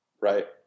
right